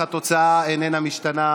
אך התוצאה איננה משתנה,